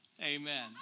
Amen